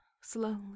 slowly